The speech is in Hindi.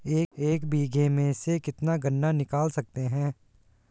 एक बीघे में से कितना गन्ना निकाल सकते हैं?